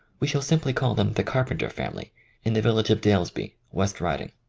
we shall simply call them the car penter family in the village of dalesby, west riding.